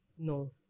No